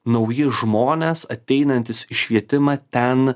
nauji žmonės ateinantys į švietimą ten